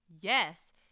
yes